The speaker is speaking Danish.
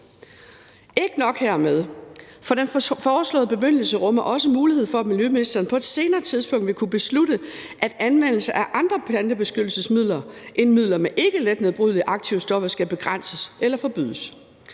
Ikke nok hermed så rummer den foreslåede bemyndigelse også mulighed for, at miljøministeren på et senere tidspunkt vil kunne beslutte, at anvendelse af andre plantebeskyttelsesmidler end midler med ikke let nedbrydelige aktive stoffer skal begrænses eller forbydes.